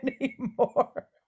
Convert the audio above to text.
anymore